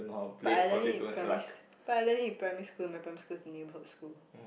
but I learn it in primary but I learn it in primary school my primary school is neighbourhood school